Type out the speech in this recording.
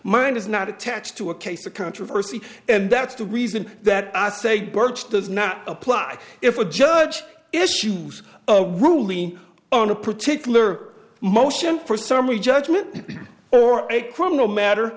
mind is not attached to a case of controversy and that's the reason that i say burch does not apply if a judge issues a ruling on a particular motion for summary judgment or a criminal matter